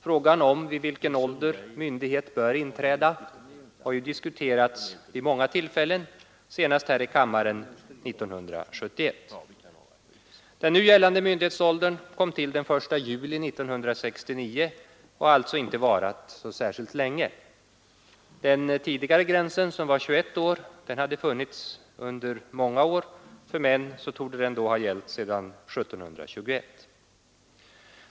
Frågan om vid vilken ålder myndighet bör inträda har diskuterats vid många tillfällen, här i kammaren mer ingående senast 1971. Den nu gällande myndighetsåldern infördes den 1 juli 1969 och har alltså inte varat särskilt länge. Den tidigare gränsen, som var 21 år, hade funnits under många år; för män torde den då ha gällt sedan 1721.